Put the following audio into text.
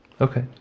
Okay